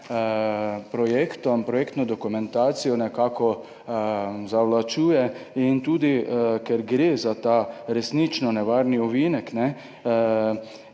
projektom, projektno dokumentacijo zavlačuje. Ker gre za ta resnično nevarni ovinek,